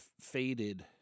faded